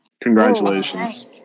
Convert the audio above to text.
Congratulations